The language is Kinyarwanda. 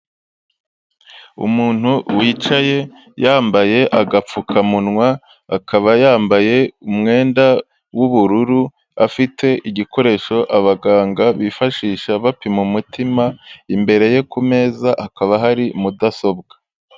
Umuntu wicaye yambaye agapfukamunwa akaba yambaye umwenda w'ubururu, afite igikoresho abaganga bifashisha bapima, umutima imbere ye ku meza hakaba hari mudasobwa.